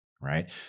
right